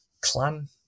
clan